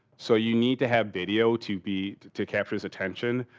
so, you need to have video to be, to capture his attention.